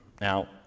Now